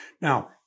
Now